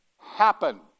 happen